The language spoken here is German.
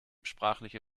sprachliche